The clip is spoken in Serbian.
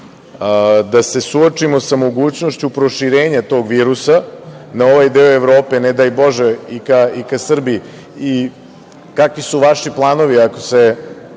da se suočimo sa mogućnošću proširenja tog virusa na ovaj deo Evrope, ne daj Bože i ka Srbiji? Kakvi su vaši planovi ako se